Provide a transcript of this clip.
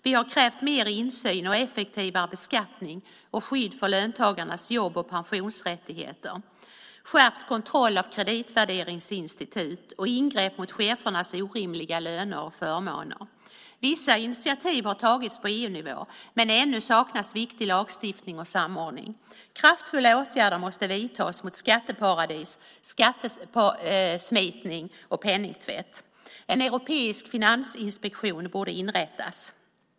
Vi har krävt mer insyn, effektivare beskattning, skydd för löntagarnas jobb och pensionsrättigheter, skärpt kontroll av kreditvärderingsinstitut och ingrepp mot chefernas orimliga löner och förmåner. Vissa initiativ har tagits på EU-nivå, men ännu saknas viktig lagstiftning och samordning. Kraftfulla åtgärder måste vidtas mot skatteparadis, skattesmitning och penningtvätt. En europeisk finansinspektion borde inrättas.